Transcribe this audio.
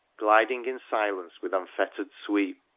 gliding in silence with unfettered sweep!